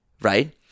right